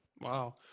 Wow